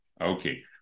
Okay